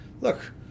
look